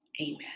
amen